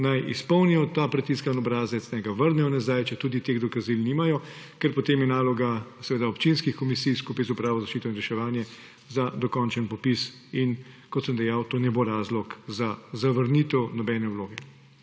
naj izpolnijo ta predtiskani obrazec, naj ga pošljejo nazaj, četudi teh dokazil nimajo, ker potem je naloga občinskih komisij skupaj z Upravo za zaščito in reševanje za dokončen popis, in kot sem dejal, to ne bo razlog za zavrnitev nobene vloge.